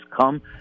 come